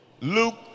Luke